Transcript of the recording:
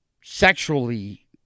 sexually